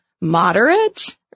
moderate